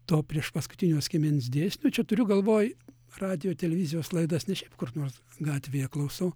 to priešpaskutinio skiemens dėsnio čia turiu galvoj radijo televizijos laidas ne šiaip kur nors gatvėje klausau